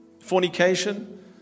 Fornication